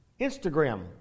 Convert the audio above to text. Instagram